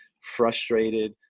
frustrated